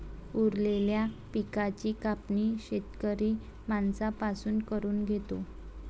उरलेल्या पिकाची कापणी शेतकरी माणसां पासून करून घेतो